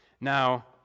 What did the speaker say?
Now